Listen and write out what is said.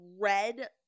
red